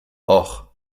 och